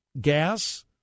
gas